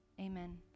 Amen